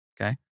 Okay